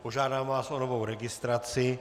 Požádám vás o novou registraci.